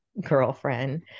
girlfriend